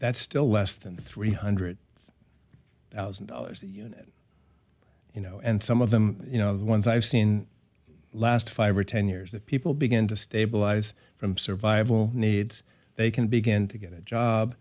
that's still less than the three hundred thousand dollars you know and some of them you know the ones i've seen the last five or ten years that people begin to stabilize from survival needs they can begin to get a job